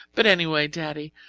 but anyway, daddy,